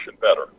better